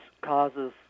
causes